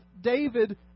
David